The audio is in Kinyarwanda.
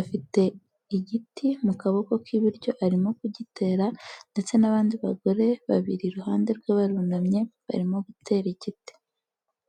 afite igiti mu kaboko k'ibiryo arimo kugitera ndetse n'abandi bagore babiri iruhande rwe barunamye, barimo gutera igiti.